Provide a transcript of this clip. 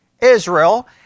Israel